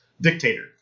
Dictator